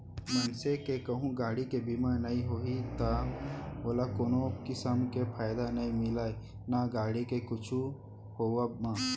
मनसे के कहूँ गाड़ी के बीमा नइ होही त ओला कोनो किसम के फायदा नइ मिलय ना गाड़ी के कुछु होवब म